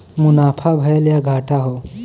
मुनाफा भयल या घाटा हौ